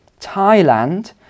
thailand